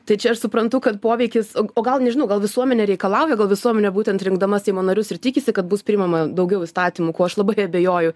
tai čia aš suprantu kad poveikis o o gal nežinau gal visuomenė reikalauja gal visuomenė būtent rinkdama seimo narius ir tikisi kad bus priimama daugiau įstatymų kuo aš labai abejoju